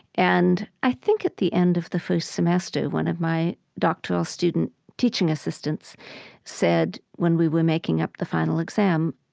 and i think at the end of the first semester, one of my doctoral student teaching assistants said when we were making up the final exam,